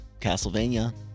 Castlevania